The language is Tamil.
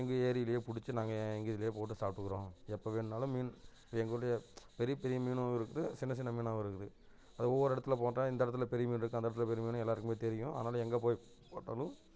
எங்கள் ஏரிலேயே பிடிச்சி நாங்கள் எங்கள் இதில் போட்டு சாப்பிட்டுக்குறோம் எப்போ வேணுன்னாலும் மீன் இப்போ எங்களுடைய பெரிய பெரிய மீனாகவும் இருக்குது சின்ன சின்ன மீனாகவும் இருக்குது அது ஒவ்வொரு இடத்துல போட்டால் இந்த இடத்துல பெரிய மீன் இருக்குது அந்த இடத்துல பெரிய மீன் எல்லோருக்குமே தெரியும் ஆனாலும் எங்கே போய் போட்டாலும்